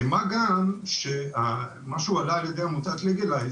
מה גם, שמה שהועלה על ידי עמותת ליגלייז,